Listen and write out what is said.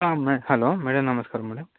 మె hello madam నమస్కారం madam